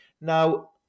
Now